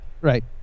Right